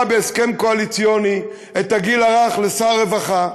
בהסכם קואליציוני את הגיל הרך לשר הרווחה,